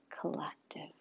collective